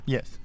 Yes